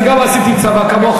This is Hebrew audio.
אני גם עשיתי צבא כמוך,